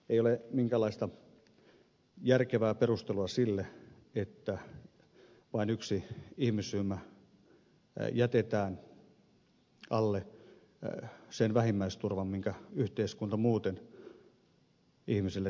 ei ole minkäänlaista järkevää perustelua sille että vain yksi ihmisryhmä jätetään alle sen vähimmäisturvan minkä yhteiskunta muuten ihmisille takaa